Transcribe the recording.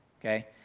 Okay